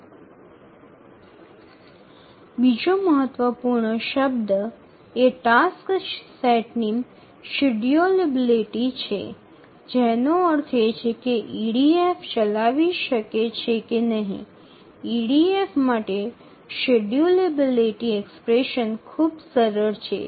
আর একটি গুরুত্বপূর্ণ শব্দ হল একটি টাস্ক সেটের সময়সূচী যার অর্থ EDF এটি চালাতে পারে EDF এর জন্য শিডিয়ুলাবিলিটি এক্সপ্রেশন খুব সহজ